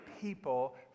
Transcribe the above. people